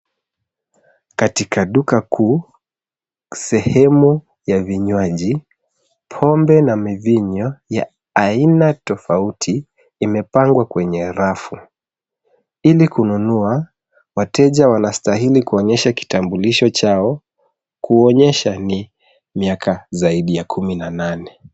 Katika duka kuu sehemu ya vinywaji, pombe na mivinyo ya aina tofauti imepangwa kwenye rafu. Ili kununua, wateja wanastahili kuonyesha kitambulisho chao kuonyesha ni miaka zaidi ya 18.